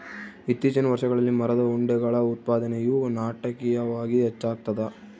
ಇತ್ತೀಚಿನ ವರ್ಷಗಳಲ್ಲಿ ಮರದ ಉಂಡೆಗಳ ಉತ್ಪಾದನೆಯು ನಾಟಕೀಯವಾಗಿ ಹೆಚ್ಚಾಗ್ತದ